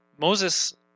Moses